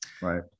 Right